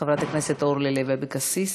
חברת הכנסת אורלי לוי אבקסיס,